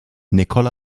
nikola